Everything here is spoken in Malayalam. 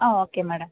uh okay madam